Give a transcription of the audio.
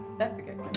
that's a good